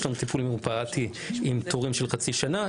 לנו טיפול מרפאתי עם תורים של חצי שנה,